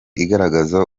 igaragaza